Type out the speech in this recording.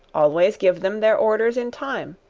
always give them their orders in time.